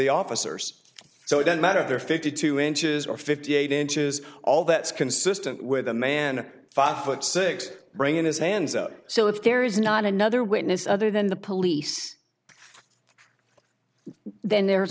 the officers so it doesn't matter if they're fifty two inches or fifty eight inches all that's consistent with a man five foot six bringing his hands up so if there is not another witness other than the police then there's